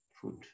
food